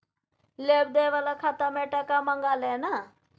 लेब देब बला खाता मे टका मँगा लय ना